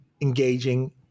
engaging